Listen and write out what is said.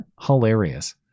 hilarious